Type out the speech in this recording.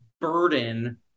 burden